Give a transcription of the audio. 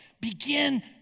Begin